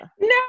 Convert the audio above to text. No